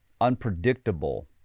unpredictable